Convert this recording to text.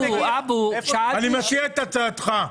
אני משיב להצעתך,